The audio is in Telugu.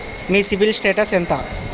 మీ సిబిల్ స్టేటస్ ఎంత?